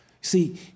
See